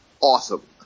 awesome